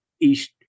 East